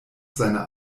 seiner